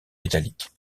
métalliques